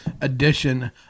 edition